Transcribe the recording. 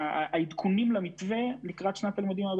אנחנו עוד ממתינים לתוצאות הוועדה הבין-משרדית מ-2018